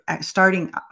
starting